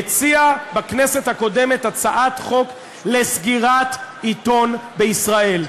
שהציע בכנסת הקודמת הצעת חוק לסגירת עיתון בישראל.